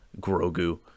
Grogu